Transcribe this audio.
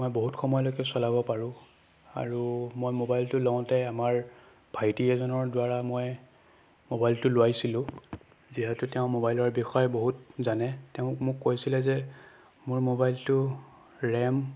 মই বহুত সময়লৈকে চলাব পাৰোঁ আৰু মই মোবাইলটো লওঁতে আমাৰ ভাইটি এজনৰ দ্বাৰা মই মোবাইলটো লোৱাইছিলোঁ যিহেতু তেওঁ মোবাইলৰ বিষয়ে বহুত জানে তেওঁ মোক কৈছিলে যে মোৰ মোবাইলটো ৰেম